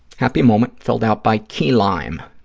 happy moment filled out by key lime,